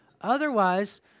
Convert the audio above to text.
otherwise